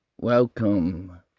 welcome